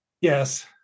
Yes